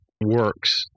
works